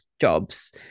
jobs